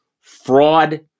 fraud